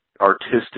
artistic